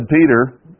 Peter